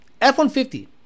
F-150